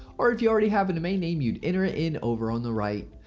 or if you already have a domain name, you'd enter it in over on the right.